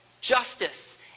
justice